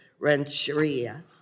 Rancheria